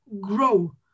grow